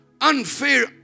Unfair